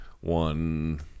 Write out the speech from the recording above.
one